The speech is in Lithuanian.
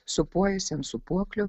sūpuojasi ant sūpuoklių